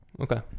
Okay